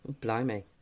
Blimey